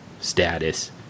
status